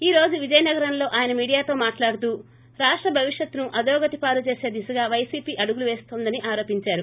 ఈ రోజు విజయనగరంలో ఆయన మీడియాతో మాట్లాడుతూ రాష్ల భవిష్యత్ను అదోగతిపాలు చేసే దిశగా వైసీపీ అడుగులు పేస్తోందని ఆరోపించారు